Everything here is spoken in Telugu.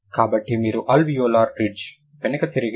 కాబట్టి మీరు అల్వియోలార్ రిడ్జ్ వెనుక తిరిగిన అనుభూతిని చెందాలి